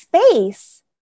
space